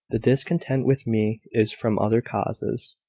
the discontent with me is from other causes.